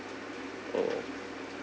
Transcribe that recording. orh